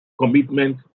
commitment